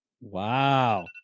Wow